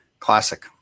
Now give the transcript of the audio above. Classic